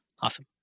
Awesome